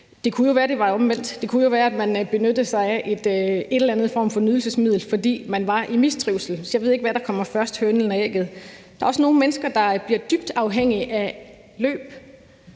Det kunne jo være, at det var omvendt. Det kunne jo være, at man benyttede sig af en eller anden form for nydelsesmiddel, fordi man var i mistrivsel. Så jeg ved ikke, hvad der kommer først, hønen eller ægget. Der er også nogle mennesker, der bliver dybt afhængige af løb.